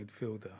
midfielder